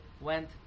went